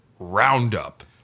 Roundup